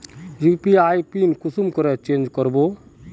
UPI PIN कुंसम करे change करबो?